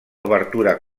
obertura